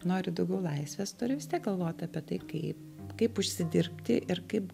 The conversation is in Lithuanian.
nori daugiau laisvės turi galvot apie tai kaip kaip užsidirbti ir kaip